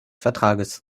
vertrages